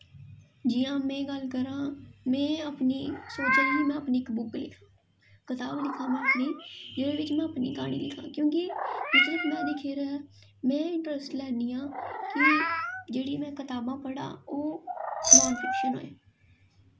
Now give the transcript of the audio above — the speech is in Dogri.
जियां में गल्ल करां में अपनी सोचा नी के में अपनी इक बुक लिखां कताब लिखां में अपनी जेह्दे बिच्च में अपनी क्हानी लिखां क्योंकि जित्थें तक में दिक्खे दा ऐ में इंट्रस्ट लैन्नी आं कि जेह्ड़ी में कताबां पढ़ां ओह् नॉन फिक्शन होए